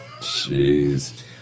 jeez